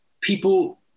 people